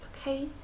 okay